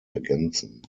ergänzen